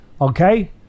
Okay